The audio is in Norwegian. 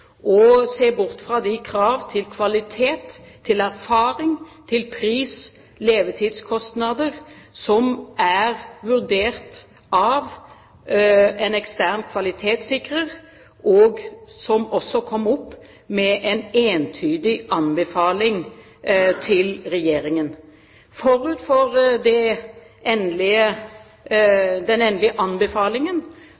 å se bort fra de krav til kvalitet, erfaring, pris og levetidskostnader som er vurdert av en ekstern kvalitetssikrer – som også kom med en entydig anbefaling til Regjeringen. Forut for den endelige